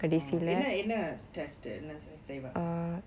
oh என்ன என்ன:enna enna test என்ன செய்வாங்க:enna saivaanga uh